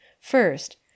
First